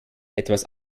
etwas